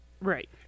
Right